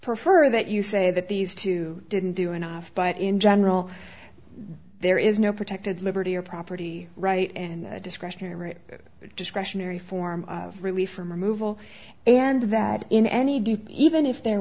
prefer that you say that these two didn't do enough but in general there is no protected liberty or property right and discretionary discretionary form of relief from removal and that in any do even if there